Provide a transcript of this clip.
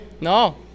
No